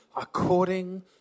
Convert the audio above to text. according